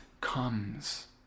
comes